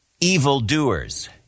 Evildoers